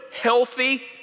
healthy